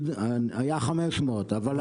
היה 500 אבל הגידול.